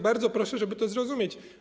Bardzo proszę, żeby to zrozumieć.